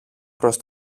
προς